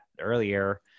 earlier